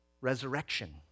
resurrection